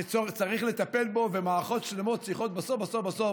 שצריך לטפל בו, ומערכות שלמות צריכות, בסוף בסוף,